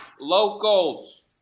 Locals